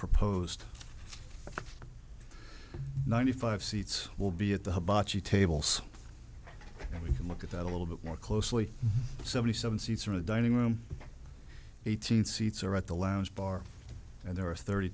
proposed ninety five seats will be at the hibachi table so we can look at that a little bit more closely seventy seven seats in the dining room eighteen seats are at the lounge bar and there are thirty